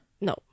No